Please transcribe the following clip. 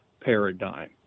paradigm